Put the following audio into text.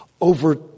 over